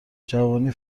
جوونی